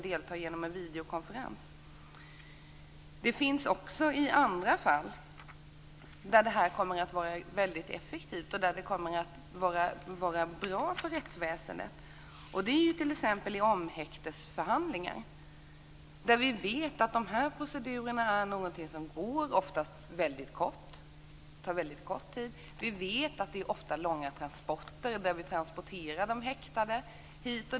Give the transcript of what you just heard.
Det finns också andra fall där detta kommer att vara effektivt och bra för rättsväsendet. Det gäller t.ex. vid omhäktesförhandlingar. Vi vet att de procedurerna ofta är korta, och det är ofta fråga om långa transporter för de häktade.